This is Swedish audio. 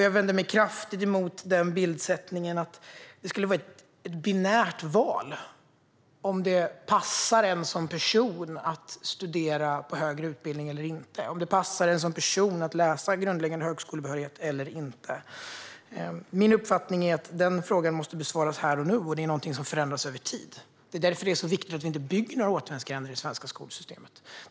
Jag vänder mig kraftigt emot den bildsättningen att det skulle vara ett binärt val, om det passar en som person att studera på högre utbildning eller inte, om det passar en som person att läsa in grundläggande högskolebehörighet eller inte. Min uppfattning är att den frågan måste besvaras här och nu, och det är något som förändras över tid. Det är därför det är så viktigt att vi inte bygger några återvändsgränder i det svenska skolsystemet.